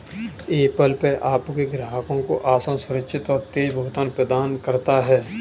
Apple Pay आपके ग्राहकों को आसान, सुरक्षित और तेज़ भुगतान प्रदान करता है